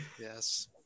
Yes